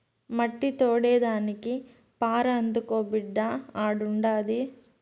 మట్టి తోడేదానికి పార అందుకో బిడ్డా ఆడుండాది